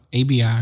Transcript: ABI